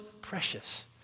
precious